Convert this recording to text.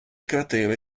cratere